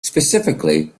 specifically